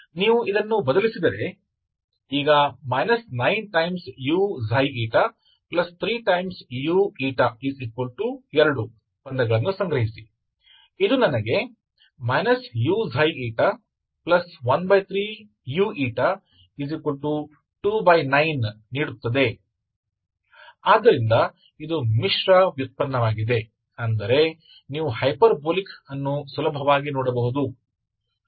ಆದ್ದರಿಂದ ಇದು ಮಿಶ್ರ ವ್ಯುತ್ಪನ್ನವಾಗಿದೆ ಅಂದರೆ ನೀವು ಹೈಪರ್ಬೋಲಿಕ್ ಅನ್ನು ಸುಲಭವಾಗಿ ನೋಡಬಹುದು